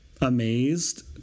amazed